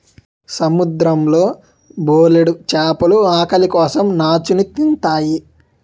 సముద్రం లో బోలెడు చేపలు ఆకలి కోసం నాచుని తింతాయి